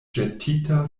ĵetita